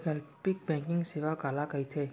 वैकल्पिक बैंकिंग सेवा काला कहिथे?